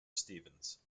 stevens